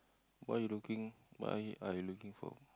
why you looking what are you looking for